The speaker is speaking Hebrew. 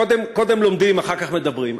קודם לומדים, אחר כך מדברים.